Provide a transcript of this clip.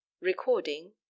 recording